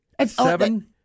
Seven